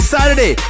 Saturday